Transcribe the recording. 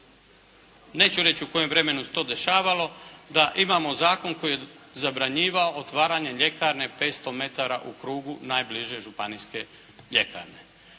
neću reći u kojem vremenu se to dešavalo da imamo zakon koji je zabranjivao otvaranje ljekarne 500 metara u krugu najbliže županijske ljekarne.